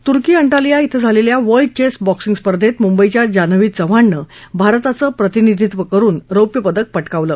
तुर्की Antalya इथं झालेल्या world चप्त बॅक्सिंग स्पर्धेत मुंबईच्या जान्हवी चव्हाणनं भारताचच्वतिनिधित्व करून रौप्य पदक पटकावलं